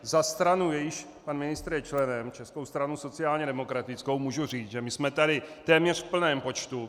Za stranu, jejímž pan ministr je členem, Českou stranu sociálně demokratickou, můžu říct, že my jsme tady téměř v plném počtu.